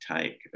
take